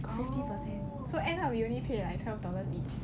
fifty per cent so end up we only pay like twelve dollars each